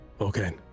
Okay